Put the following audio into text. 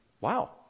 Wow